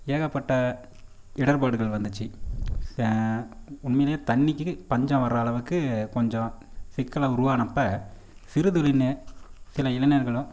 ஏகப்பட்ட இடர்பாடுகள் வந்துச்சு உண்மையிலேயே தண்ணிக்கு பஞ்சம் வர அளவுக்கு கொஞ்சம் சிக்கல் உருவானப்போ சிறுதுளின்னு சில இளைஞர்களும்